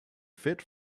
fit